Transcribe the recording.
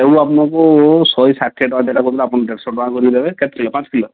ସେଉ ଆପଣଙ୍କୁ ଶହେ ଷାଠିଏ ଟଙ୍କା ଯେଟା କହୁଥିଲେ ଆପଣ ଦେଢ଼ଶହ ଟଙ୍କା କରିକି ଦେବେ କେତେ କିଲୋ ପାଞ୍ଚ କିଲୋ